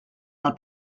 del